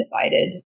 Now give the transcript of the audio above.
decided